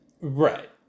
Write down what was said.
Right